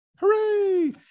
hooray